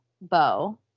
Bow